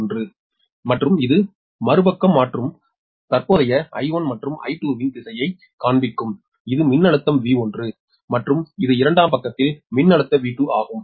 10 மற்றும் இது மறுபக்கம் மற்றும் தற்போதைய I1 மற்றும் I2 இன் திசையைக் காண்பிக்கும் இது மின்னழுத்தம் V1 மற்றும் இது இரண்டாம் பக்கத்தில் மின்னழுத்த V2 ஆகும்